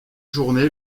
journée